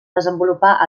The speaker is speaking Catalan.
desenvolupar